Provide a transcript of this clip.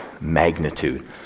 magnitude